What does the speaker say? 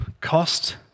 Cost